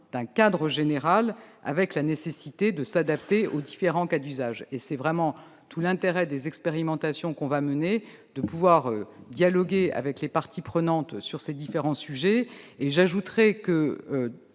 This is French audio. d'un cadre général avec la nécessité de s'adapter aux différents cas d'usage. C'est vraiment tout l'intérêt des expérimentations à venir que de permettre un dialogue avec les parties prenantes sur ces différents sujets. J'ajoute que